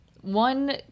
one